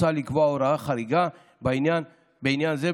מוצע לקבוע הוראה חריגה בעניין זה,